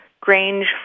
Grange